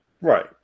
right